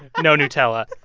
no nutella.